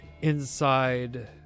Inside